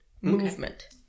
movement